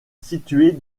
située